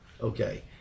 Okay